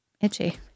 itchy